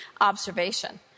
observation